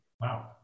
Wow